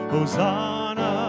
Hosanna